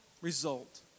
result